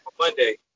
Monday